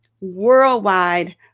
worldwide